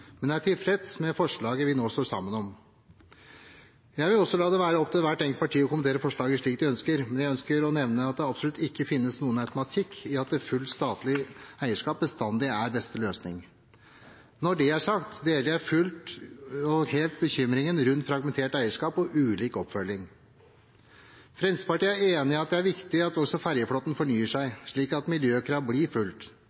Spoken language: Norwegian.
men er tilfreds med forslaget vi nå står sammen om. Jeg vil også la det være opp til hvert enkelt parti å kommentere forslaget slik de ønsker, men jeg ønsker å nevne at det absolutt ikke finnes noen automatikk i at et fullt statlig eierskap bestandig er den beste løsningen. Når det er sagt, deler jeg fullt og helt bekymringen rundt fragmentert eierskap og ulik oppfølging. Fremskrittspartiet er enig i at det er viktig at også ferjeflåten fornyer